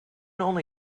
only